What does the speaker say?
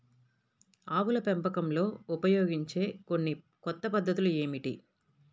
ఆవుల పెంపకంలో ఉపయోగించే కొన్ని కొత్త పద్ధతులు ఏమిటీ?